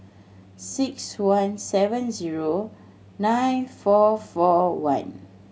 six one seven zero nine four four one